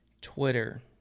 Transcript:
Twitter